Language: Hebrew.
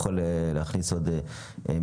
צריך לזכור,